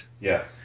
Yes